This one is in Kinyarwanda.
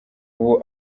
ubu